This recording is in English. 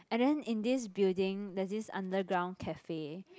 and then in this building there's this underground cafe